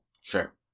Sure